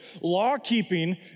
law-keeping